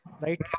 Right